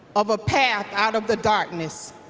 of a path out of the darkness.